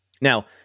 Now